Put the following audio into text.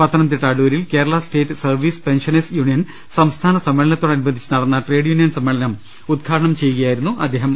പത്തനംതിട്ട അടൂരിൽ Kerala state service pensioners union സംസ്ഥാന സമ്മേ ളനത്തോടനുബന്ധിച്ച് നടന്ന ട്രേഡ് യൂണിയൻ സമ്മേ ളനം ഉദ്ഘാടനം ചെയ്യുകയായിരുന്നു അദ്ദേഹം